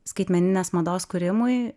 skaitmeninės mados kūrimui